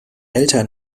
eltern